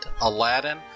Aladdin